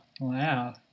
Wow